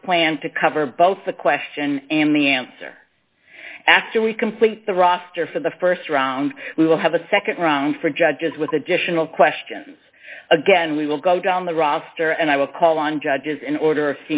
this plan to cover both the question and the answer after we complete the roster for the st round we will have a nd round for judges with additional questions again we will go down the roster and i will call on judges in order